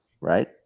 right